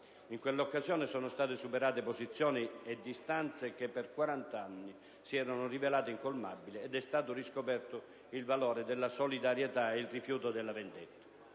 In quell'occasione, sono state superate posizioni e distanze che, per quarant'anni, si erano rivelate incolmabili ed è stato riscoperto il valore della solidarietà e il rifiuto della vendetta.